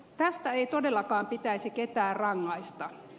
tästä ei todellakaan pitäisi ketään rangaista